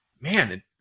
man